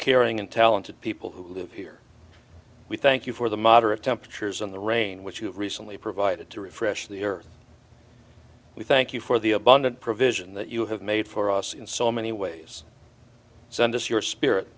caring and talented people who live here we thank you for the moderate temperatures in the rain which you have recently provided to refresh the earth we thank you for the abundant provision that you have made for us in so many ways send us your spirit